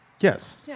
Yes